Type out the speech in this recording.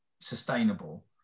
sustainable